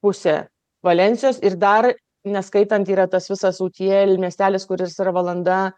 pusė valensijos ir dar neskaitant yra tas visas utiel miestelis kuris yra valanda